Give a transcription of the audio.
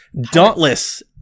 Dauntless